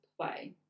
play